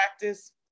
practice